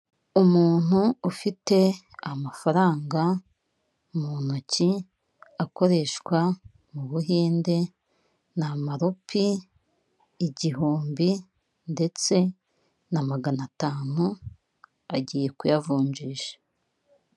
Umuntu ufite amafaranga mu ntoki akoreshwa mu buhinde, ni amarupi igihumbi ndetse na magana atanu, agiye kuyavunjisha.